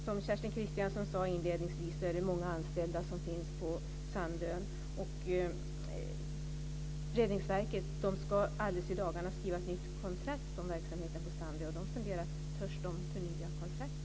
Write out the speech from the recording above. Som Kerstin Kristiansson Karlstedt sade inledningsvis är det många anställda som finns på Sandö, och Räddningsverket ska i dagarna skriva ett nytt kontrakt om verksamheten på Sandö. De funderar om de törs förnya kontraktet.